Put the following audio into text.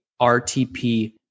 RTP